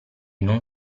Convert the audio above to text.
non